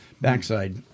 backside